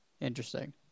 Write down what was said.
Interesting